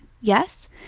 yes